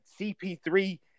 CP3